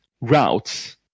routes